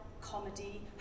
comedy